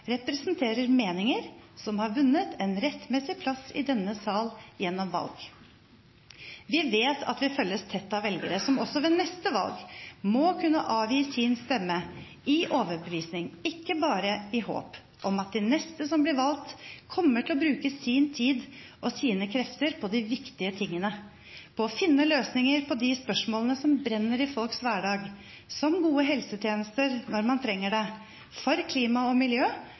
representerer meninger som har vunnet en rettmessig plass i denne sal gjennom valg. Vi vet at vi følges tett av velgere som også ved neste valg må kunne avgi sin stemme i overbevisning, ikke bare i håp, om at de neste som blir valgt, kommer til å bruke sin tid og sine krefter på de viktige tingene, på å finne løsninger på de spørsmålene som brenner i folks hverdag – som gode helsetjenester når man trenger det, for klima og miljø,